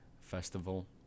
festival